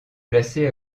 placé